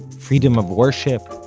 freedom of worship,